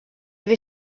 vais